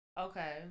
Okay